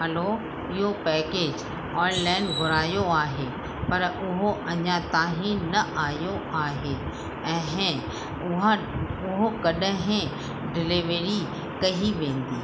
हलो इहो package online घुरायो आहे पर उहो अञा ताईं न आयो आहे ऐं उहा उहो कॾहिं डिलीवरी कई वेंदी